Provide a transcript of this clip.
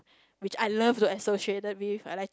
which I love to associated with I like to